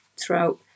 throughout